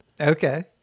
Okay